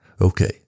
Okay